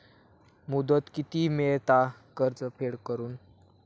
मुदत किती मेळता कर्ज फेड करून?